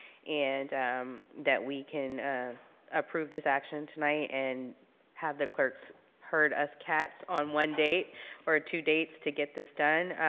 and that we can approve this action tonight and have the clerks herd us cats on one date or two dates to get this done.